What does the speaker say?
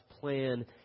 plan